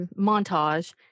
montage